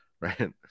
right